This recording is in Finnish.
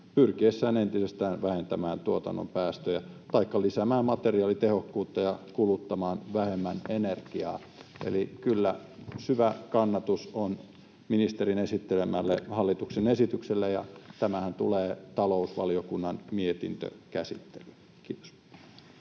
pyrkiessään entisestään vähentämään tuotannon päästöjä taikka lisäämään materiaalitehokkuutta ja kuluttamaan vähemmän energiaa. Eli kyllä syvä kannatus on ministerin esittelemälle hallituksen esitykselle, ja tämähän tulee talousvaliokunnan mietintökäsittelyyn. — Kiitos.